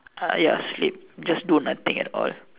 ah ya sleep just do nothing at all